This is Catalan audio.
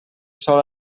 sol